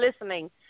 listening